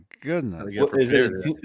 goodness